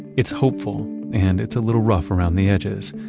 it's hopeful and it's a little rough around the edges.